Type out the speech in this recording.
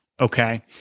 okay